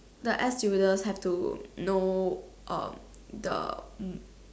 the air stewardess have to know um the mm